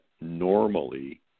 normally